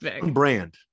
Brand